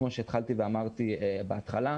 כפי שאמרתי קודם לכן.